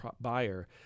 buyer